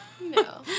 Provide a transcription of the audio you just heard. No